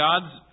God's